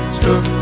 took